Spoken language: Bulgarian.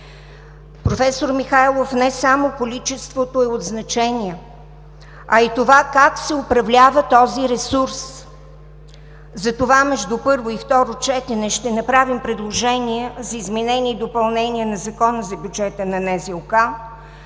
професор Михайлов, не само количеството е от значение, а и това как се управлява този ресурс. Затова между първо и второ четене ще направим предложения за изменение и допълнение на Закона за бюджета на НЗОК,